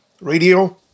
radio